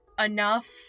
enough